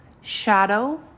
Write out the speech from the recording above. shadow